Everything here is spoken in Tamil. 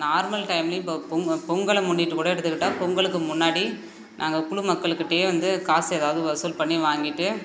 நார்மல் டைம்லேயும் இப்போது பொங் பொங்கலை முன்னிட்டு கூட எடுத்துக்கிட்டால் பொங்கலுக்கு முன்னாடி நாங்கள் குழுமக்களுக்கிட்டயே வந்து காசு எதாவது வசூல் பண்ணி வாங்கிட்டு